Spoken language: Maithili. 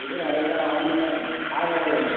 ठीके हैय तऽ हम्मे आबि रहलहुँ हँ